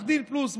עו"ד פלוס,